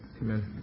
amen